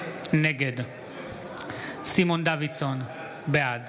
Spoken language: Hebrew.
נגד סימון דוידסון, בעד